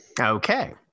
Okay